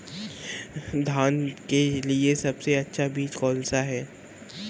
धान के लिए सबसे अच्छा बीज कौन सा है?